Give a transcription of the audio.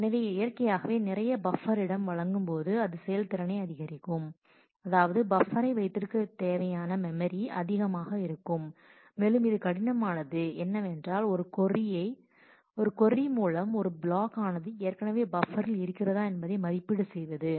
எனவே இயற்கையாகவே நிறைய பப்பர் இடம் வழங்கும்போது அது செயல்திறனை அதிகரிக்கும் அதாவது பப்பரை வைத்திருக்க தேவையான மெமரி அதிகமாக இருக்கும் மேலும் இது கடினமானது என்னவென்றால் ஒரு கொர்ரி மூலம் ஒரு பிளாக் ஆனது ஏற்கனவே பப்பரில் இருக்கிறதா என்பதை மதிப்பீடு செய்வது